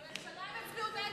אבל, הממשלה,